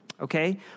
okay